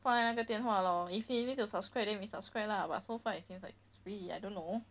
放在那个电话 lor if you need to subscribe then 你 subscribe lah but so far it seems like it's free I don't know why